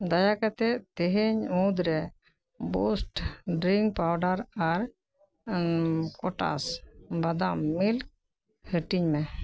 ᱫᱟᱭᱟ ᱠᱟᱛᱮᱫ ᱛᱮᱦᱮᱧ ᱢᱩᱫᱽᱨᱮ ᱵᱩᱥᱴ ᱰᱤᱨᱤᱝᱠ ᱯᱟᱣᱰᱟᱨ ᱟᱨ ᱠᱳᱛᱷᱟᱥ ᱵᱟᱫᱟᱢ ᱢᱤᱞᱠ ᱦᱟᱹᱴᱤᱧᱢᱮ